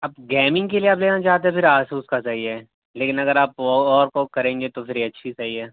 آپ گیمنگ کے لیے آپ لینا چاہتے پھر آسوس کا صحیح ہے لیکن اگر آپ اور ورک کریں گے تو پھر ایچ پی صحیح ہے